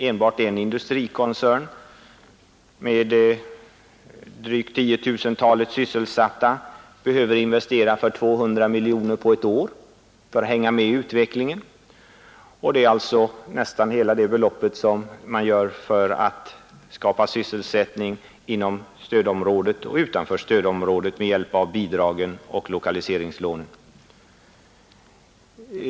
Enbart en koncern med drygt 10 000 sysselsatta behöver investera för 200 miljoner kronor på ett år för att hänga med i utvecklingen; det är nästan hela det belopp som ges för att skapa sysselsättning inom stödområdet och utanför stödområdet med hjälp av bidrag och lokaliseringslån.